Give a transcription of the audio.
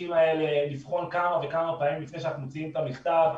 התיקים האלה לבחון כמה וכמה פעמים לפני שאנחנו מוציאים את המכתב,